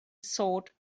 sought